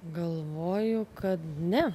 galvoju kad ne